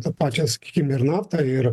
tą pačią sakykim ir naftą ir